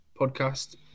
podcast